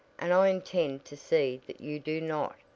and i intend to see that you do not,